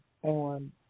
On